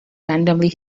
randomly